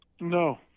No